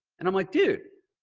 and i'm like, dude,